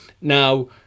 Now